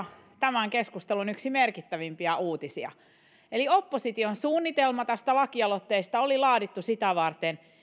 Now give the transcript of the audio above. tämän keskustelun yksi merkittävimpiä uutisia opposition suunnitelma tästä lakialoitteesta oli laadittu sitä varten